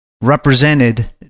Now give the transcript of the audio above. represented